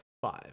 five